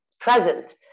present